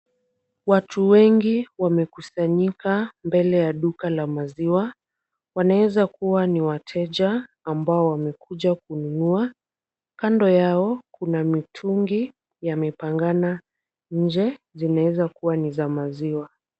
Watu wengi wamekusanyika mbele ya duka la maziwa. Wanaweza kuwa ni wateja ambao wamekuja kununua. Kando yao, kuna mitungi yamepangana nje zinaweza kuwa ni za maziwa.